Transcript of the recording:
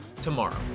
tomorrow